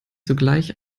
sogleich